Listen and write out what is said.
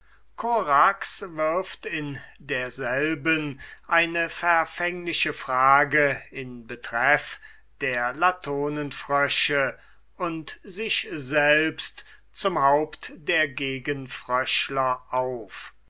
wirft in derselben eine verfängliche frage in betreff der latonenfrösche und sich selbst zum haupt der gegenfröschler auf